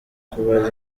kuba